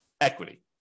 equity